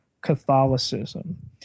Catholicism